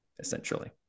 essentially